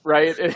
Right